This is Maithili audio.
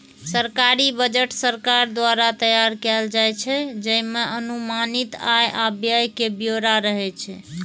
सरकारी बजट सरकार द्वारा तैयार कैल जाइ छै, जइमे अनुमानित आय आ व्यय के ब्यौरा रहै छै